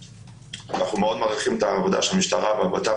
אנחנו מאוד מעריכים את העבודה של המשטרה והבט"פ